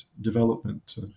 development